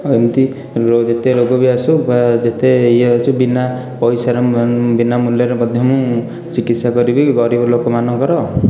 ଏମିତି ଯେତେ ରୋଗ ବି ଆସୁ ବା ଯେତେ ଇଏ ଆସୁ ବିନା ପଇସାରେ ମୁଁ ବିନା ମୂଲ୍ୟରେ ମଧ୍ୟ ମୁଁ ଚିକିତ୍ସା କରିବି ଗରିବ ଲୋକମାନଙ୍କର